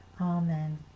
amen